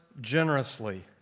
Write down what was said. generously